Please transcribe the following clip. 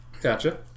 Gotcha